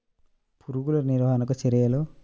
పురుగులు నివారణకు చర్యలు?